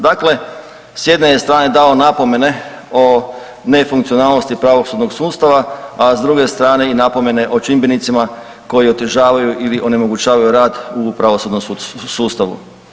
Dakle, s jedne je strane dao napomene o nefunkcionalnosti pravosudnog sustava, a s druge strane i napomene o čimbenicima koji otežavaju ili onemogućavaju rad u pravosudnom sustavu.